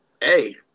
hey